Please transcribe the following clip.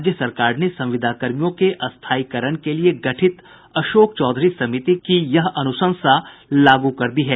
राज्य सरकार ने संविदाकर्मियों के स्थायीकरण के लिये गठित अशोक चौधरी समिति की यह अनुशंसा लागू कर दी है